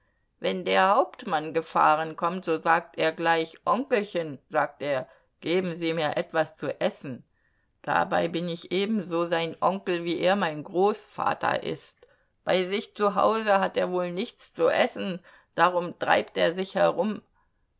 wenn der hauptmann gefahren kommt so sagt er gleich onkelchen sagt er geben sie mir etwas zu essen dabei bin ich ebenso sein onkel wie er mein großvater ist bei sich zu hause hat er wohl nichts zu essen darum treibt er sich herum